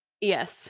Yes